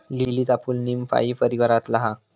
लीलीचा फूल नीमफाई परीवारातला हा